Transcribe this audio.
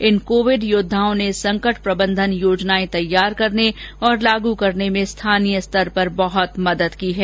इन Covid योद्वाओं ने संकट प्रबंधन योजनायें तैयार करने और लागू करने में स्थानीय स्तर पर बहुत मदद की है